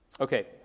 Okay